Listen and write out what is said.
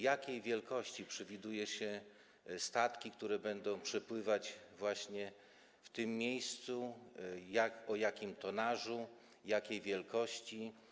Jakiej wielkości przewiduje się statki, które będą przepływać właśnie w tym miejscu, o jakim tonażu, jakiej wielkości?